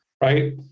right